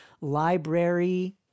library